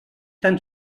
tan